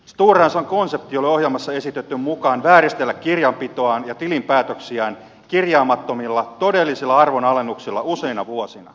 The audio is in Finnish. stora enson konsepti oli ohjelmassa esitetyn mukaan vääristellä kirjanpitoaan ja tilinpäätöksiään kirjaamattomilla todellisilla arvonalennuksilla useina vuosina